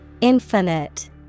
Infinite